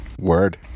Word